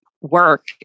work